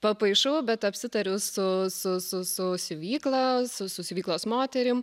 papaišau bet apsitariu su su su su siuvykla su su siuvyklos moterim